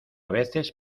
veces